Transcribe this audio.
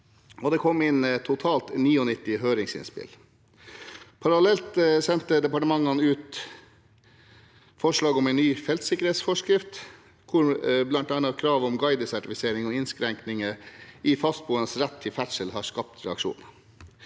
Det kom totalt 99 høringsinnspill. Parallelt sendte departementene ut forslag om en ny feltsikkerhetsforskrift, hvor bl.a. kravet om guidesertifisering og innskrenkninger i de fastboendes rett til ferdsel har skapt reaksjoner.